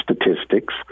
statistics